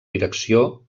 direcció